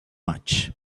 much